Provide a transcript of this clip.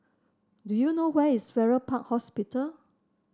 do you know where is Farrer Park Hospital